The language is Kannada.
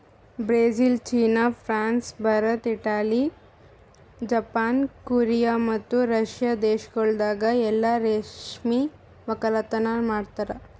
Brazil, China, France, Bharat, Italy, Japan, Korea ಮತ್ತ ರಷ್ಯಾ ದೇಶಗೊಳ್ದಾಗ್ ಎಲ್ಲಾ ರೇಷ್ಮೆ ಒಕ್ಕಲತನ ಮಾಡ್ತಾರ